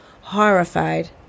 horrified